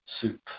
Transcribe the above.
soup